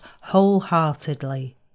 wholeheartedly